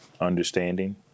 understanding